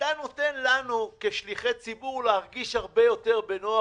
אתה נותן לנו כשליחי ציבור להרגיש הרבה יותר בנוח